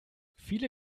viele